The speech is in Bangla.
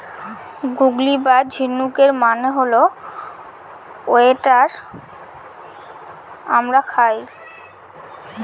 গুগলি বা ঝিনুকের মানে হল ওয়েস্টার আমরা খাই